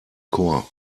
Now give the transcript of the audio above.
chor